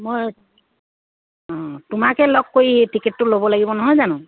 মই তোমাকে লগ কৰি এই টিকেটটো ল'ব লাগিব নহয় জানো